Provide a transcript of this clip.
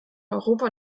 europa